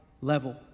level